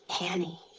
Annie